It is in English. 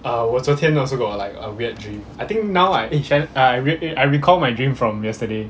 uh 我昨天 also got like a weird dream I think now I I I recall my dream from yesterday